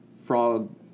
frog